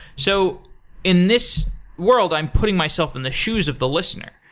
so in this world, i'm putting myself in the shoes of the listener.